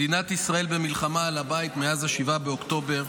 מדינת ישראל במלחמה על הבית מאז 7 באוקטובר,